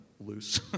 loose